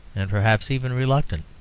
and perhaps even reluctant.